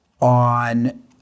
on